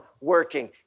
working